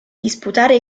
disputare